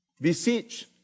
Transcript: Beseech